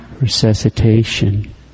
resuscitation